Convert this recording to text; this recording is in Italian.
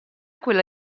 quella